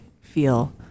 feel